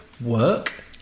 work